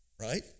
Right